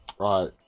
Right